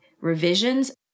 revisions